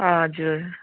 हजुर